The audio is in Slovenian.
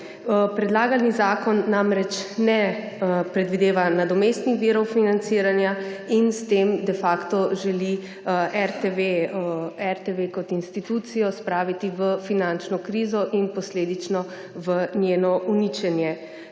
Predlagani zakon namreč ne predvideva nadomestnih virov financiranja in s tem de facto želi RTV kot institucijo spraviti v finančno krizo in posledično v njeno uničenje.